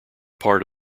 part